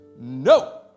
No